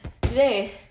today